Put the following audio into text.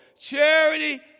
Charity